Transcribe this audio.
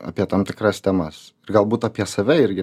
apie tam tikras temas ir galbūt apie save irgi